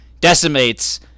Decimates